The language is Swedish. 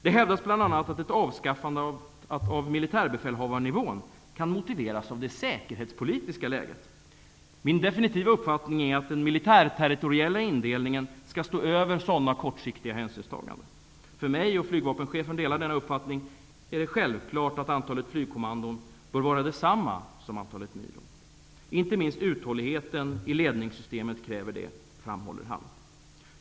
Det hävdas bl.a. att ett avskaffande av militärbefälhavarnivån kan motiveras av det säkerhetspolitiska läget. Min definitiva uppfattning är den att den militärterritoriella indelningen skall stå över sådana kortsiktiga hänsynstaganden. För mig, och flygvapenchefen delar denna uppfattning, är det självklart att antalet flygkommandon skall vara detsamma som antalet milon. Han framhåller att inte minst uthålligheten i ledningssystemet kräver det.